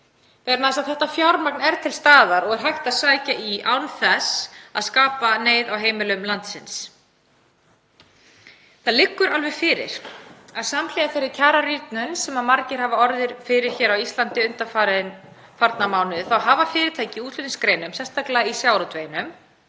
stofnframlögin Þetta fjármagn er til staðar og er hægt að sækja í án þess að skapa neyð á heimilum landsins. Það liggur alveg fyrir að samhliða þeirri kjararýrnun sem margir hafa orðið fyrir hér á Íslandi undanfarna mánuði hafa fyrirtæki í útflutningsgreinum, sérstaklega í sjávarútveginum,